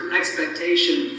expectation